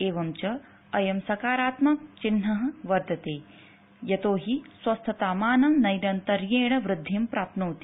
एवञ्च अयं सकारात्मक चिन्हः वर्तते यतो हि अनेन स्वस्थतामान नैरन्तर्यण वृद्धिम् प्राप्नोति